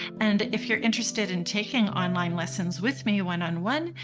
and if you're interested in taking online lessons with me one on one,